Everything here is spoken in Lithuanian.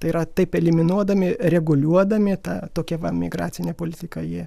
tai yra taip eliminuodami reguliuodami tą tokią va migracinę politiką ji